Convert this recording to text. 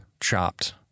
chopped